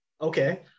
okay